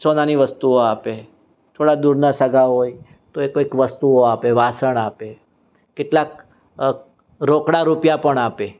સોનાની વસ્તુઓ આપે થોડાક દૂરના સગા હોય તો એ કોઈક વસ્તુ આપે વાસણ આપે કેટલાક રોકડા રૂપિયા પણ આપે